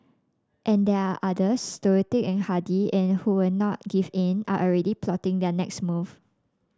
and there are others stoic and hardy and who will not give in are already plotting their next move